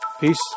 Peace